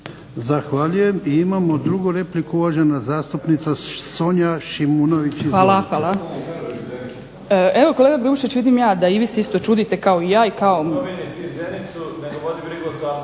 Zahvaljujem. I imamo drugu repliku uvažana zastupnica Sonja Šimunović.